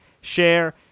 share